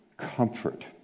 comfort